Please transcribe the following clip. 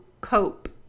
cope